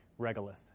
Regolith